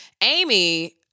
Amy